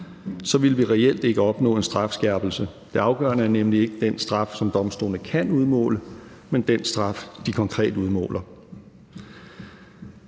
vil vi reelt ikke opnå en strafskærpelse. Det afgørende er nemlig ikke den straf, som domstolene kan udmåle, men den straf, de konkret udmåler.